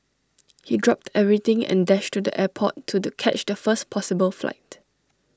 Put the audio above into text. he dropped everything and dashed to the airport to the catch the first possible flight